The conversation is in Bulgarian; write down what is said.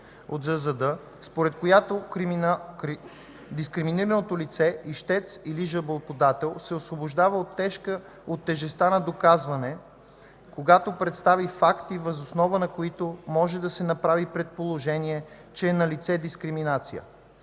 от ЗЗД, според която дискриминираното лице – ищец или жалбоподател, се освобождава от тежестта на доказване, когато представи факти, въз основа на които може да се направи предположение, че е налице дискриминация.